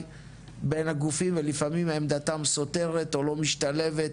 בין הגופים ולפעמים עמדתם סותרת או לא משתלבת,